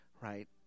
right